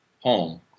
home